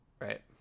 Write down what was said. right